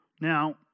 Now